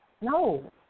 No